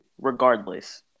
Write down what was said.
regardless